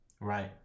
Right